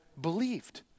believed